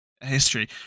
history